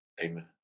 Amen